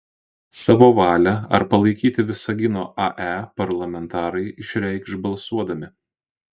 savo valią ar palaikyti visagino ae parlamentarai išreikš balsuodami